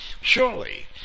Surely